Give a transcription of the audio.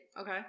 Okay